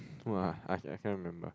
!wah! I I cannot remember